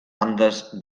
andes